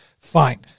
fine